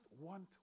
want